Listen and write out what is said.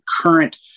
current